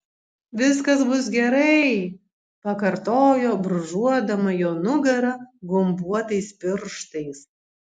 viskas bus gerai pakartojo brūžuodama jo nugarą gumbuotais pirštais